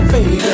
Baby